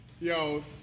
Yo